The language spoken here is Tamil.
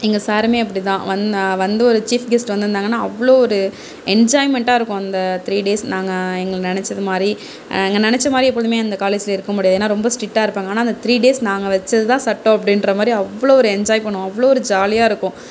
எங்கள் சாரும் அப்படிதான் வந்து ஒரு சீஃப் கெஸ்ட் வந்திருந்தாங்கன்னா அவ்வளோ ஒரு என்ஜாய்மென்ட்டாக இருக்கும் அந்த த்ரீ டேஸ் நாங்கள் எங்கள் நெனைச்சது மாதிரி நாங்கள் நெனைச்ச மாதிரியே எப்பொழுதும் காலேஜில் இருக்க முடியாது ஏன்னா ரொம்ப ஸ்ட்ரிக்டா இருப்பாங்க ஆனால் அந்த த்ரீ டேஸ் நாங்கள் வைச்சதுதான் சட்டம் அப்படின்ற மாதிரி அவ்வளோ ஒரு என்ஜாய் பண்ணுவோம் அவ்வளோ ஒரு ஜாலியாக இருக்கும்